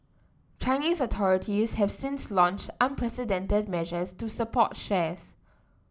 Chinese authorities have since launched unprecedented measures to support shares